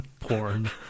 porn